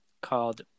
called